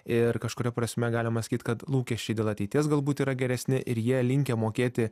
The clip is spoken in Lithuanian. ir kažkuria prasme galima sakyt kad lūkesčiai dėl ateities galbūt yra geresni ir jie linkę mokėti